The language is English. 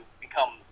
become